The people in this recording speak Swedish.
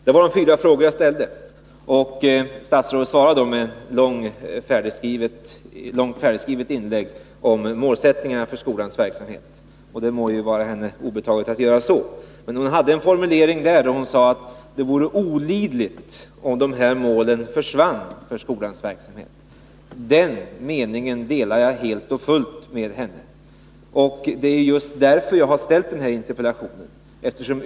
Det var alltså mina fyra frågor, och statsrådet svarade med ett långt, färdigskrivet inlägg om målsättningarna för skolans verksamhet. Det må ju vara henne obetaget att göra det. Men i detta inlägg sade hon att det vore olidligt om dessa mål för skolans verksamhet försvann. Den uppfattningen delar jag helt och fullt, och den är också anledningen till min interpellation.